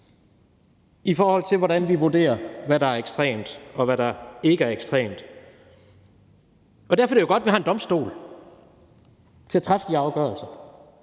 i forhold til hvordan vi vurderer, hvad der er ekstremt, og hvad der ikke er ekstremt. Derfor er det jo godt, vi har en domstol til at træffe de afgørelser.